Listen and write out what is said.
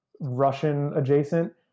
Russian-adjacent